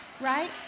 Right